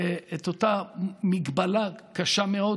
שיש את אותה מגבלה קשה מאוד,